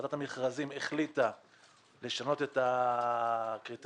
ועדת המכרזים החליטה לשנות את הקריטריונים,